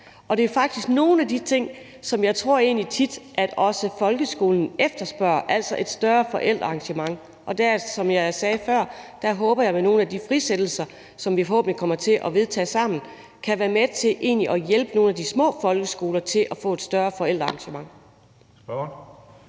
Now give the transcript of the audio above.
Det er faktisk nogle af de ting, som jeg egentlig tit tror at også folkeskolen efterspørger, altså et større forældreengagement. Som jeg sagde før, håber jeg, at nogle af de frisættelser, som vi forhåbentlig kommer til at vedtage sammen, kan være med til at hjælpe nogle af de små folkeskoler til at få et større forældreengagement.